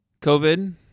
COVID